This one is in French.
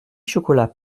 chocolat